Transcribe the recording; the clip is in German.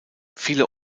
viele